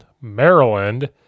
Maryland